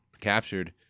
captured